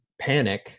panic